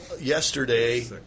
yesterday